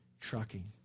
trucking